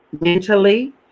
mentally